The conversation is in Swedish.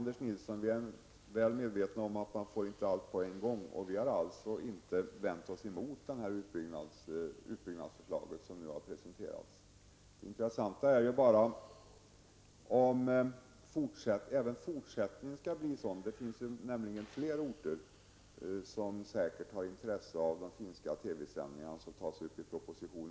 Herr talman! Vi är, Anders Nilsson, väl medvetna om att man inte får allt på en gång. Vi har alltså inte vänt oss mot det utbyggnadsförslag som har presenterats. Det skall dock bli intressant att se hur det blir i fortsättningen. Det finns säkert fler orter där man har intresse för de finska TV sändningarna, och detta tas ju också upp i propositionen.